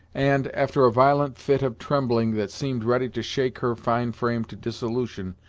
and, after a violent fit of trembling that seemed ready to shake her fine frame to dissolution,